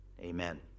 amen